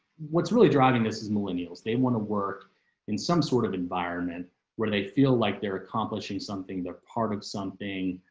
what's really driving this is millennials, they want to work in some sort of environment where they feel like they're accomplishing something they're part of something